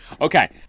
okay